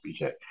BJ